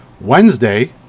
Wednesday